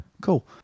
Cool